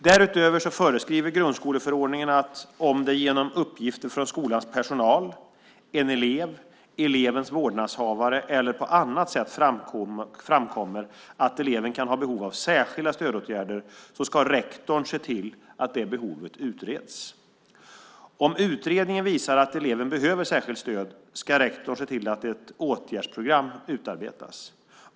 Därutöver föreskriver grundskoleförordningen att om det genom uppgifter från skolans personal, en elev, elevens vårdnadshavare eller på annat sätt framkommer att eleven kan ha behov av särskilda stödåtgärder ska rektorn se till att behovet utreds. Om utredningen visar att eleven behöver särskilt stöd ska rektorn se till att ett åtgärdsprogram utarbetas.